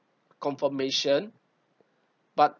confirmation but